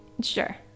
Sure